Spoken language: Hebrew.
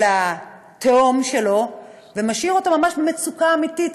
התאום שלו ומשאיר אותו במצוקה אמיתית,